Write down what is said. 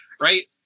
right